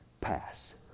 pass